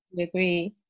agree